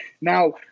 Now